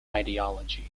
ideology